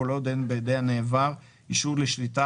כל עוד אין בידי הנעבר אישור לשליטה,